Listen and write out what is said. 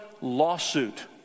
lawsuit